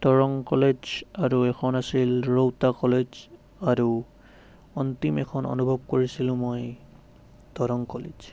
Darrang college আৰু এখন আছিল ৰৌতা কলেজ আৰু অন্তিম এখন অনুভৱ কৰিছিলোঁ মই দৰং কলেজ